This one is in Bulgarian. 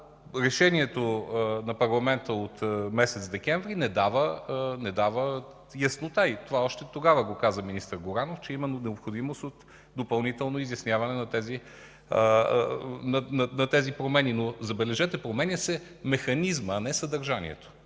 решението на парламента от месец декември не дава яснота и това още тогава го каза министър Горанов, че има необходимост от допълнително изясняване на тези промени. Но, забележете, променя се механизмът, а не съдържанието.